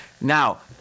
Now